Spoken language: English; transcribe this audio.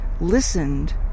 listened